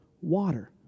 water